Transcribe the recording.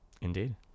Indeed